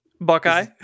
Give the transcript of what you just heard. Buckeye